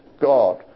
God